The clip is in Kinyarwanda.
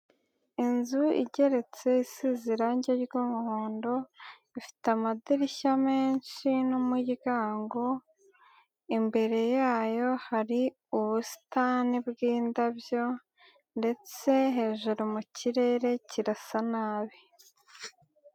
Inzu igeretse isize irangi ry'umuhondo, ifite amadirishya menshi n'umuryango. Imbere yayo hari ubusitani bw'indabyo ndetse hejuru mu kirere kirasa nabi.